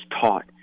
taught